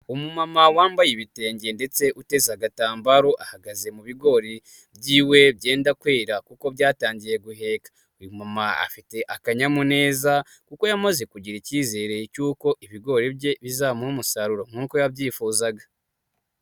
Umumama wambaye ibitenge ndetse uteze agatambaro ahagaze mu bigori byi'we byenda kwera kuko byatangiye guheka. uyu afite akanyamuneza kuko yamaze kugira icyizere cy'uko ibigori bye bizamuha umusaruro nk'uko yabyifuzaga.